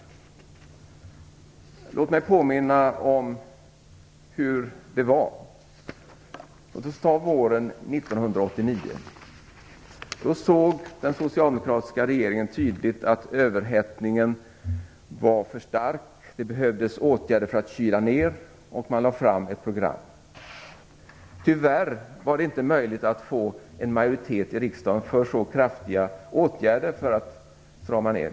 Låt mig påminna om hur det var. Låt oss ta våren 1989. Då såg den socialdemokratiska regeringen tydligt att överhettningen var för stark. Det behövdes åtgärder för att kyla ner ekonomin. Man lade fram ett program. Tyvärr var det inte möjligt att få en majoritet i riksdagen för så kraftiga åtgärder för att strama åt.